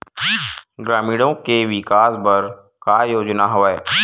ग्रामीणों के विकास बर का योजना हवय?